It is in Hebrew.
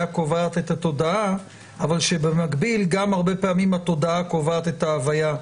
קובעת את התודעה אבל שבמקביל גם הרבה פעמים התודעה קובעת את ההוויה,